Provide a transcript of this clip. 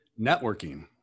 Networking